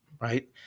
right